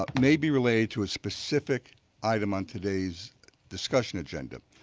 ah may be related to a specific item on today's discussion agenda.